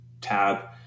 tab